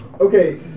okay